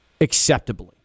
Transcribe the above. acceptably